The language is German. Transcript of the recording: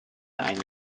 eine